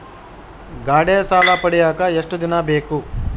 ಗಾಡೇ ಸಾಲ ಪಡಿಯಾಕ ಎಷ್ಟು ದಿನ ಬೇಕು?